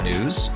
News